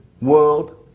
world